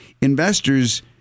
investors